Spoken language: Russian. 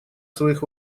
своих